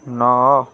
ନଅ